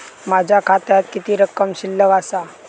माझ्या खात्यात किती रक्कम शिल्लक आसा?